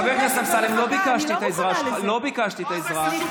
חבר הכנסת אמסלם, לא ביקשתי את העזרה שלך.